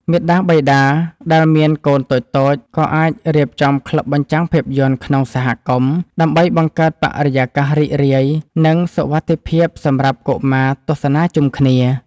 មាតាបិតាដែលមានកូនតូចៗ ក៏អាចរៀបចំក្លឹបបញ្ចាំងភាពយន្តក្នុងសហគមន៍ ដើម្បីបង្កើតបរិយាកាសរីករាយ និងសុវត្ថិភាពសម្រាប់កុមារទស្សនាជុំគ្នា។